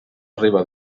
arribar